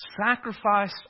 Sacrifice